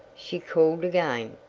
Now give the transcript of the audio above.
she called again.